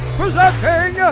presenting